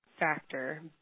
factor